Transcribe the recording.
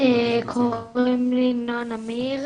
קוראים לי נועה נמיר,